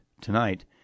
tonight